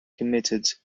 committed